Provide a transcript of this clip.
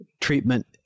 treatment